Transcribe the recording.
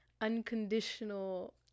unconditional